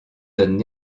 donnent